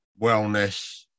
wellness